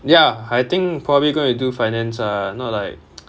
ya I think probably going to do finance ah not like